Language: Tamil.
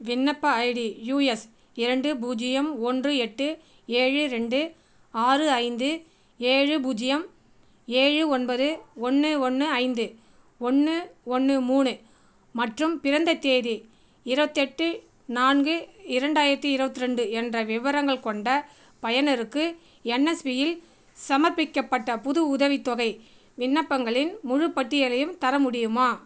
விண்ணப்ப ஐடி யு எஸ் இரண்டு பூஜ்ஜியம் ஒன்று எட்டு ஏழு ரெண்டு ஆறு ஐந்து ஏழு பூஜ்ஜியம் ஏழு ஒன்பது ஒன்று ஒன்று ஐந்து ஒன்று ஒன்று மூணு மற்றும் பிறந்த தேதி இருபத்தி எட்டு நான்கு இரண்டாயிரத்தி இருபத்தி ரெண்டு என்ற விவரங்கள் கொண்ட பயனருக்கு என்எஸ்பியில் சமர்ப்பிக்கப்பட்ட புது உதவித்தொகை விண்ணப்பங்களின் முழுப்பட்டியலையும் தர முடியுமா